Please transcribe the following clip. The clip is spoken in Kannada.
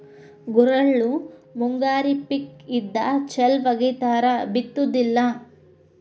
ಗುರೆಳ್ಳು ಮುಂಗಾರಿ ಪಿಕ್ ಇದ್ದ ಚಲ್ ವಗಿತಾರ ಬಿತ್ತುದಿಲ್ಲಾ